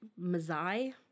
mazai